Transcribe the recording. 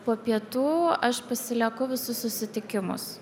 po pietų aš pasilieku visus susitikimus